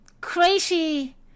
crazy